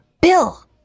Bill